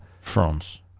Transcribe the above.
France